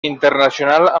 internacional